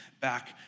back